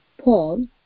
Paul